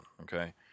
Okay